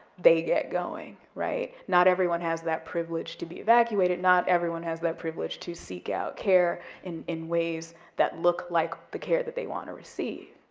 they get going, right? not everyone has that privilege to be evacuated, not everyone has that privilege to seek out care in in ways that look like the care that they want to receive.